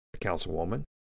councilwoman